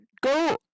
Go